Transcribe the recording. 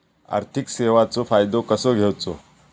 आर्थिक सेवाचो फायदो कसो घेवचो?